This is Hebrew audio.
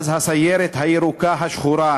אז הסיירת הירוקה, השחורה,